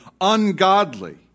ungodly